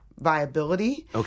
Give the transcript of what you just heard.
viability